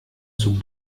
zur